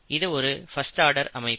இது ஒரு first order அமைப்பு